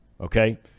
okay